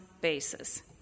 basis